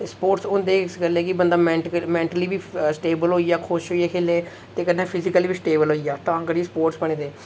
sports होंदे इस गल्लै कि बंदा मैंटली बी स्टेबल होई जा खुश होइयै खेले ते कन्नै फिजिकली बी स्टेबल होई जा तां करियै स्पोर्ट्स बने दे